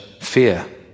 fear